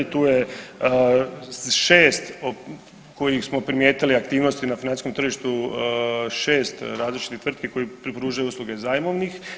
Tu je 6 kojih smo primijetili aktivnosti na financijskom tržištu šest različitih tvrtki koje pružaju usluge zajmovnih.